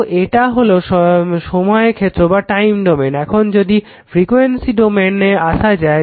তো এটা হলো সময় ক্ষেত্র এখন যদি ফ্রিকয়েন্সি ক্ষেত্রে আসা যায়